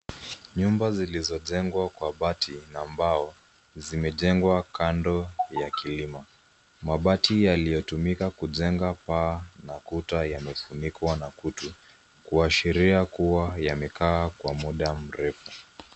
Nyumba zilizojengwa kwa bati na mbao zimejengwa kando ya kilimo. Mabati yaliyotumika kujenga paa la kuta yamefunikwa na kutu kuashiria kuwa yamekaa kwa muda mrefu.